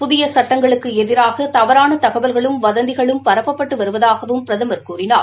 புதிய சுட்டங்களுக்கு எதிரான தவறான தகவல்களும் வதந்திகளும் பரப்பப்பட்டு வருவதாகவும் பிரதம் கூறினார்